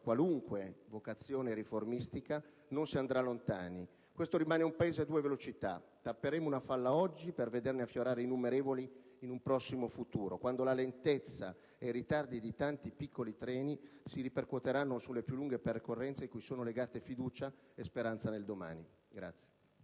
qualunque vocazione riformistica, non si andrà lontani. Questo rimane un Paese a due velocità: tapperemo una falla oggi per vederne affiorare innumerevoli in un prossimo futuro, quando la lentezza e i ritardi di tanti piccoli treni si ripercuoteranno sulle più lunghe percorrenze cui sono legate fiducia e speranza nel domani.